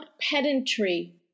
pedantry